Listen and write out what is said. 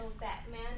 Batman